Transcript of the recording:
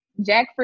jackfruit